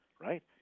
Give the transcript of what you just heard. right